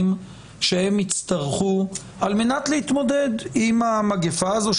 שהן יצטרכו על מנת להתמודד עם המגפה הזאת,